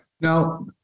Now